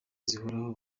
zihoraho